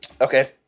Okay